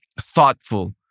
thoughtful